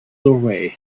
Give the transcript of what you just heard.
doorway